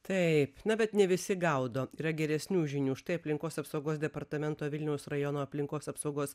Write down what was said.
taip na bet ne visi gaudo yra geresnių žinių štai aplinkos apsaugos departamento vilniaus rajono aplinkos apsaugos